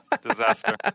Disaster